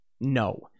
No